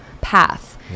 path